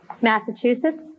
Massachusetts